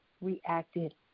reacted